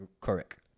correct